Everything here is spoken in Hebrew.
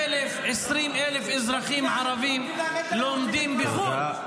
20,000 אזרחים ערבים לומדים בחו"ל,